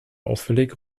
auffällig